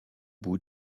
bout